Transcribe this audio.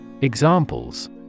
Examples